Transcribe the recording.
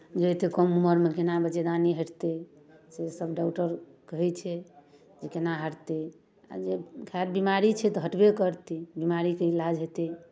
जे एतेक कम उमरमे केना बच्चेदानी हटतै सेसभ डॉक्टर कहै छै जे केना हटतै खैर बिमारी छै तऽ हटबे करतै बीमारीके इलाज हेतै